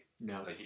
No